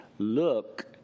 look